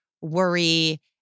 worry